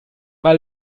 mal